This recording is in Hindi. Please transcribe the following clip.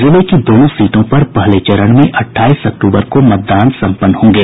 जिले की दोनों सीटों पर पहले चरण में अट्ठाईस अक्तूबर को मतदान संपन्न होंगे